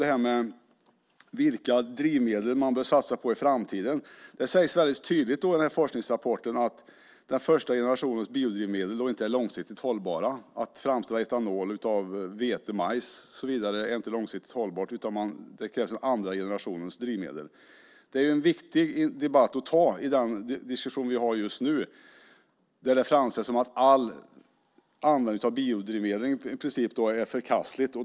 Det handlar om vilka drivmedel man bör satsa på i framtiden. I den här forskningsrapporten sägs det väldigt tydligt att den första generationens biodrivmedel inte är långsiktigt hållbara. Att framställa etanol av vete och majs är inte långsiktigt hållbart, utan det krävs en andra generationens drivmedel. Det är en viktig diskussion att föra i den debatt vi har just nu där det framställs som om all användning av biodrivmedel är förkastlig.